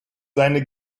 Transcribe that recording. seine